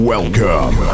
Welcome